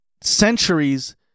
centuries